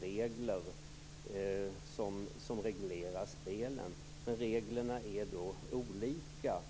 regler för spelen, men reglerna är olika.